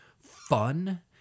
fun